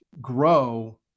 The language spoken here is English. grow